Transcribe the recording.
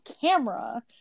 camera